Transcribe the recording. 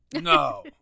no